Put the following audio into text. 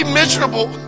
miserable